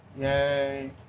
yay